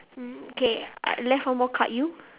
okay I left one more card you